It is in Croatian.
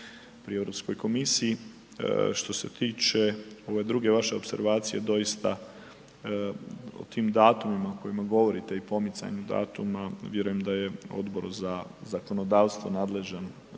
pri Europskoj komisiji. Što se tiče ove druge vaše opservacije, doista o tim datumima o kojima govorite i pomicanju datuma, vjerujem da je Odbor za zakonodavstvo nadležan,